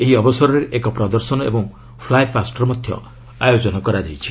ଏହି ଅବସରରେ ଏକ ପ୍ରଦର୍ଶନ ଓ ଫ୍ଲାଏ ପାଷ୍ଟର ମଧ୍ୟ ଆୟୋଜନ କରାଯାଇଛି